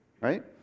right